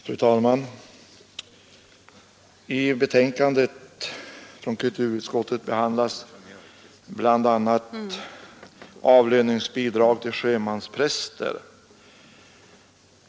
Fru talman! I betänkandet nr 25 från kulturutskottet behandlas bl.a. avlöningsbidrag till sjömanspräster.